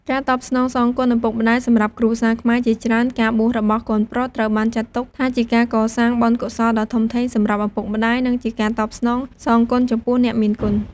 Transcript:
ការតបស្នងសងគុណឪពុកម្តាយ សម្រាប់គ្រួសារខ្មែរជាច្រើន ការបួសរបស់កូនប្រុសត្រូវបានចាត់ទុកថាជាការកសាងបុណ្យកុសលដ៏ធំធេងសម្រាប់ឪពុកម្តាយ និងជាការតបស្នងសងគុណចំពោះអ្នកមានគុណ។